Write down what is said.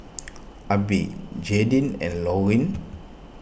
Abe Jaydin and Lorine